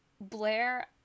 Blair